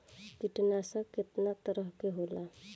कीटनाशक केतना तरह के होला?